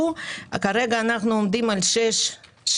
וכרגע אנחנו עומדים על 6,000,